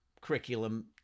curriculum